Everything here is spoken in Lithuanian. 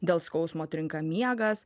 dėl skausmo trinka miegas